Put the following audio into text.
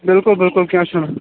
بِلکُل بِلکُل کیٚنٛہہ چھُنہٕ